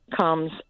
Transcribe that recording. comes